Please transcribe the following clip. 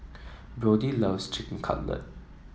Brodie loves Chicken Cutlet